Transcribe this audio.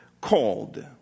called